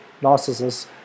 Narcissus